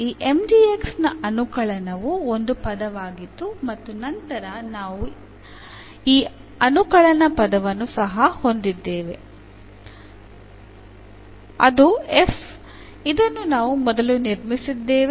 ಈ Mdx ನ ಅನುಕಳನವು ಒಂದು ಪದವಾಗಿತ್ತು ಮತ್ತು ನಂತರ ನಾವು ಈ ಅನುಕಳನ ಪದವನ್ನು ಸಹ ಹೊಂದಿದ್ದೇವೆ ಅದು f ಇದನ್ನು ನಾವು ಮೊದಲು ನಿರ್ಮಿಸಿದ್ದೇವೆ